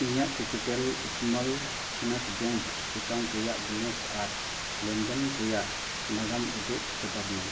ᱤᱧᱟᱹᱜ Capital Small Finance Bank account ᱨᱮᱱᱟᱜ balance ᱟᱨ ᱞᱮᱱᱫᱮᱱ ᱨᱮᱱᱟᱜ ᱱᱟᱜᱟᱢ ᱩᱫᱩᱜ ᱥᱚᱫᱚᱨ ᱢᱮ